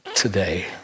Today